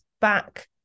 back